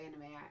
anime